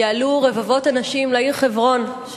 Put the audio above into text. יעלו רבבות אנשים לעיר חברון,